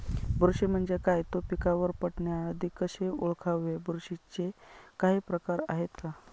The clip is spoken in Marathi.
बुरशी म्हणजे काय? तो पिकावर पडण्याआधी कसे ओळखावे? बुरशीचे काही प्रकार आहेत का?